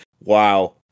Wow